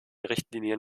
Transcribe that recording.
richtlinien